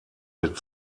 mit